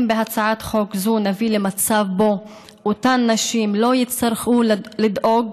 אם בהצעת חוק זו נביא למצב שבו אותן נשים לא יצטרכו לדאוג,